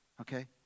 Okay